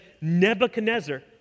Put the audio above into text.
Nebuchadnezzar